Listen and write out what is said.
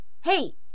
hey